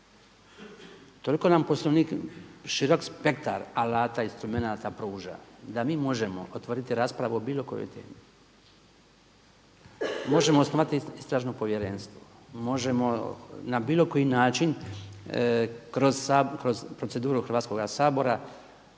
toliko nam Poslovnik širok spektar alata, instrumenata pruža da mi možemo otvoriti raspravu o bilo kojoj temi. Možemo osnovati istražno povjerenstvo. Možemo na bilo koji način kroz proceduru Hrvatskoga sabora